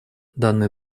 данный